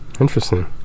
Interesting